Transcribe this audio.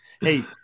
Hey